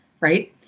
right